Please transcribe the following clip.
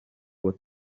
what